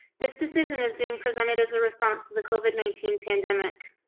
this decision is being presented as a response to the covid nineteen pandemic.